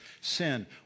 sin